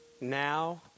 now